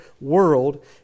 world